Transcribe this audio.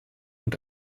und